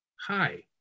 hi